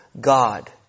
God